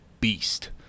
beast